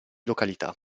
località